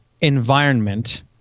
environment